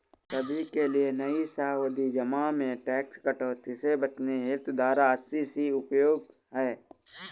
सभी के लिए नई सावधि जमा में टैक्स कटौती से बचने हेतु धारा अस्सी सी उपयोगी है